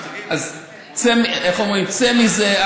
אז איך אומרים, צא מזה.